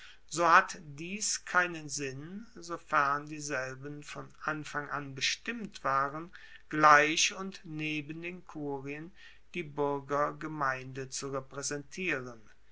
so hat dies keinen sinn sofern dieselben von anfang an bestimmt waren gleich und neben den kurien die buergergemeinde zu repraesentieren